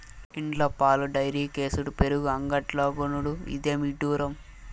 ఇండ్ల పాలు డైరీకేసుడు పెరుగు అంగడ్లో కొనుడు, ఇదేమి ఇడ్డూరం